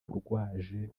urwaje